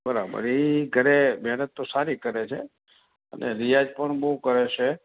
બરાબર એ ઘરે મહેનત તો સારી કરે છે અને રિયાઝ પણ બહુ કરે છે